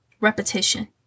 repetition